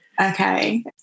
Okay